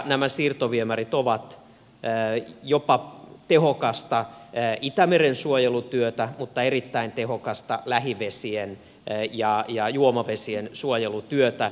nämä siirtoviemärit ovat jopa tehokasta itämeren suojelutyötä mutta erittäin tehokasta lähivesien ja juomavesien suojelutyötä